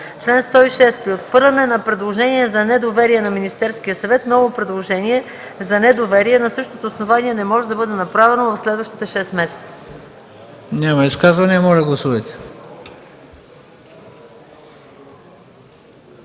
„Чл. 106. При отхвърляне на предложение за недоверие на Министерския съвет ново предложение за недоверие на същото основание не може да бъде направено в следващите 6 месеца.” ПРЕДСЕДАТЕЛ ХРИСТО